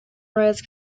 rights